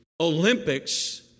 Olympics